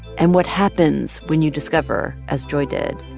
and what happens when you discover, as joy did,